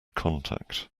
contact